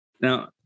Now